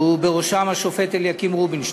ובראש, השופט אליקים רובינשטיין.